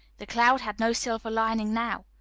the cloud had no silver lining now.